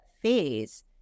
phase